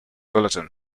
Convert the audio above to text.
bulletin